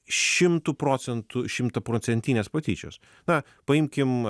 šimtu procentų šimtaprocentinės patyčios na paimkim